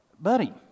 buddy